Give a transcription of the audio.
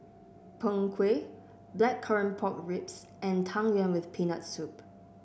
Png Kueh Blackcurrant Pork Ribs and Tang Yuen with Peanut Soup